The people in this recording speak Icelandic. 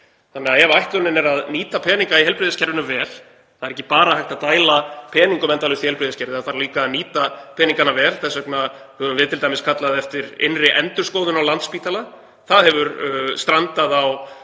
Þannig að ef ætlunin er að nýta peninga í heilbrigðiskerfinu vel — það er ekki bara hægt að dæla peningum endalaust í heilbrigðiskerfið, það þarf líka að nýta peningana vel. Þess vegna höfum við t.d. kallað eftir innri endurskoðun á Landspítala. Það hefur strandað á